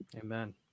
Amen